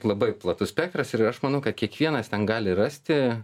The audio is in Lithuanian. labai platus spektras ir aš manau kad kiekvienas ten gali rasti